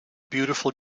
beautiful